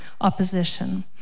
opposition